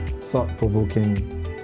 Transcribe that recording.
thought-provoking